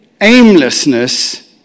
aimlessness